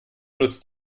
nutzt